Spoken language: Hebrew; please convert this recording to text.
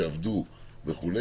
שעבדו וכו',